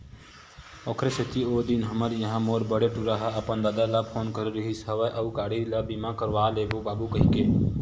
ओखरे सेती ओ दिन हमर इहाँ मोर बड़े टूरा ह अपन ददा ल फोन करे रिहिस हवय अउ गाड़ी ल बीमा करवा लेबे बाबू कहिके